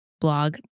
blog